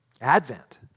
Advent